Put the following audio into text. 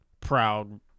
proud